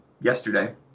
yesterday